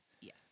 Yes